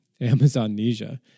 Amazonnesia